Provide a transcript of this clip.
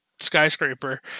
skyscraper